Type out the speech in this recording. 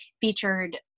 featured